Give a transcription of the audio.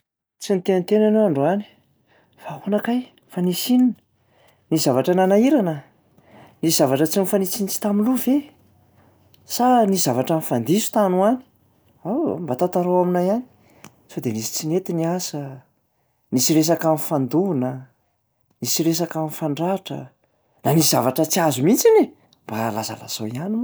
Tsy niteniteny ianao androany, fa ahoana kay? Fa nisy inona? Nisy zavatra nanahirana? Nisy zavatra tsy nifanitsinitsy tam'loha ve? Sa nisy zavatra nifandiso tany ho any? Aaa, mba tantarao aminay ihany, sao de nisy tsy nety ny asa, nisy resaka nifandona, nisy resaka nifandratra na nisy zavatra tsy azo mihitsiny e! Mba lazalazao ihany moa e!